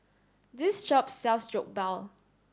this shop sells Jokbal